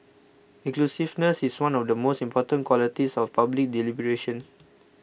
inclusiveness is one of the most important qualities of public deliberation